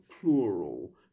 plural